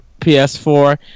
PS4